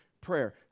prayer